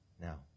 Now